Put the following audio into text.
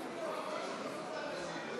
עצמי.